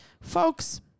Folks